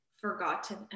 forgotten